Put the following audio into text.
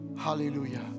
Hallelujah